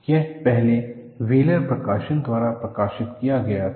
यह पहले व्हीलर प्रकाशन द्वारा प्रकाशित किया गया था